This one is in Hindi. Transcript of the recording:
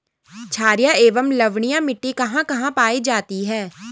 छारीय एवं लवणीय मिट्टी कहां कहां पायी जाती है?